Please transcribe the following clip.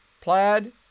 plaid